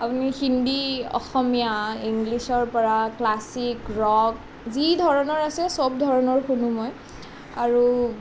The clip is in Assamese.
হিন্দী অসমীয়া ইংলিছৰ পৰা ক্লাছিক ৰক যিধৰণৰ আছে সব ধৰণৰ শুনো মই আৰু